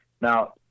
Now